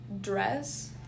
dress